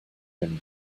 him